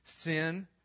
sin